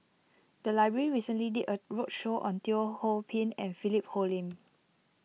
the library recently did a roadshow on Teo Ho Pin and Philip Hoalim